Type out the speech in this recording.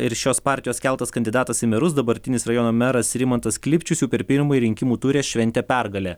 ir šios partijos keltas kandidatas į merus dabartinis rajono meras rimantas klipčius jau per pirmąjį rinkimų ture šventė pergalę